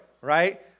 right